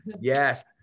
Yes